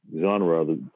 genre